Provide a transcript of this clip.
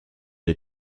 est